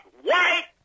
white